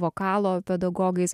vokalo pedagogais